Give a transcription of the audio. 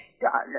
darling